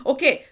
Okay